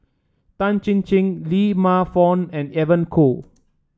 Tan Chin Chin Lee Man Fong and Evon Kow